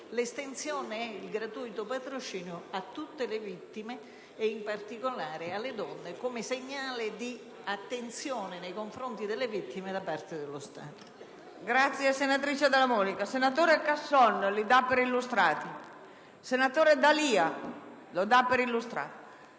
l'estensione del gratuito patrocinio a tutte le vittime ed in particolare alle donne è un segnale di attenzione nei confronti delle vittime da parte dello Stato.